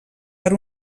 per